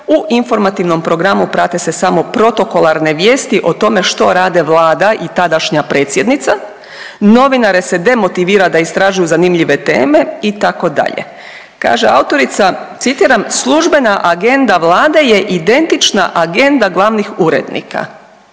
u informativnom programu prate se samo protokolarne vijesti o tome što rade Vlada i tadašnja predsjednica, novinare se demotivira da istražuju zanimljive teme itd.. Kaže autorica citiram „Službena agenda Vlade je identična agenda glavnih urednika“,